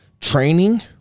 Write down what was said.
training